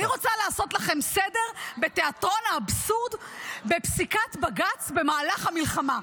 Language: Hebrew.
אני רוצה לעשות לכם סדר בתיאטרון האבסורד בפסיקת בג"ץ במהלך המלחמה.